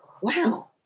Wow